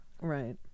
right